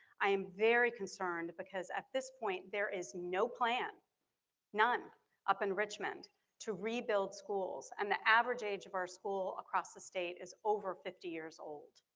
i am very concerned because at this point there is no plan nun up in richmond to rebuild schools and the average age of our school across the state is over fifty years old.